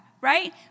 right